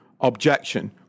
objection